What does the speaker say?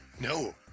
No